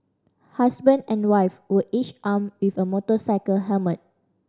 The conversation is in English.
husband and wife were each armed with a motorcycle helmet